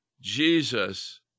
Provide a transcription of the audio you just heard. Jesus